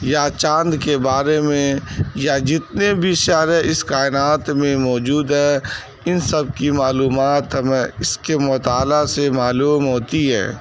یا چاند کے بارے میں یا جتنے بھی سیارے اس کائنات میں موجود ہے ان سب کی معلومات ہمیں اس کے مطالعہ سے معلوم ہوتی ہے